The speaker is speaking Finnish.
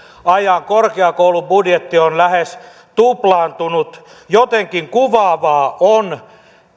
ajan korkeakoulubudjetti on lähes tuplaantunut jotenkin kuvaavaa on